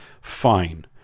Fine